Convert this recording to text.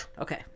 Okay